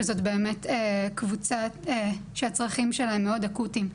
שזאת באמת קבוצה שהצרכים שלה הם מאוד אקוטיים.